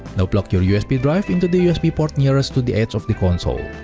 now plug your usb drive into the usb port nearest to the edge of the console.